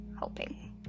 hoping